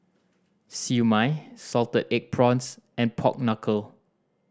Siew Mai salted egg prawns and pork knuckle